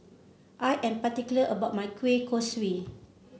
I am particular about my Kueh Kosui